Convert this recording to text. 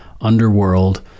Underworld